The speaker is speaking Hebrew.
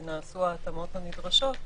כי נעשו ההתאמות הנדרשות,